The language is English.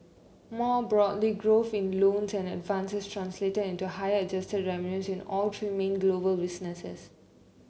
more broadly growth in loans and advances translated into higher adjusted revenue in all three main global businesses